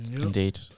Indeed